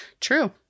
True